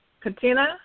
Katina